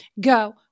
go